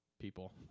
people